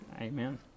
Amen